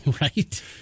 Right